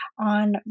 on